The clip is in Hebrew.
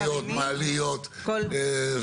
חניות, מעליות, זה.